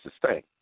sustain